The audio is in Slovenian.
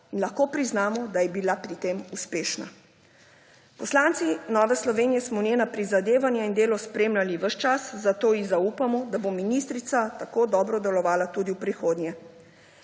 Lahko priznamo, da je bila pri tem uspešna. Poslanci Nove Slovenije smo njena prizadevanja in delo spremljali ves čas, zato ji zaupamo, da bo ministrica tako dobro delovala tudi v prihodnje.